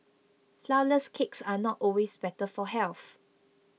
Flourless Cakes are not always better for health